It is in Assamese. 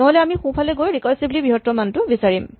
নহ'লে আমি সোঁফালে গৈ ৰিকাৰছিভলী বৃহত্তম মানটো বিচাৰিম